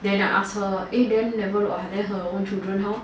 then I asked her eh then never look ah then her own children how